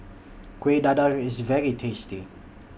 Kueh Dadar IS very tasty